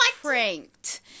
pranked